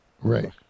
Right